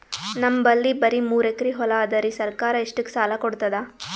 ನಮ್ ಬಲ್ಲಿ ಬರಿ ಮೂರೆಕರಿ ಹೊಲಾ ಅದರಿ, ಸರ್ಕಾರ ಇಷ್ಟಕ್ಕ ಸಾಲಾ ಕೊಡತದಾ?